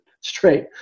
straight